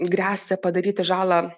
gresia padaryti žalą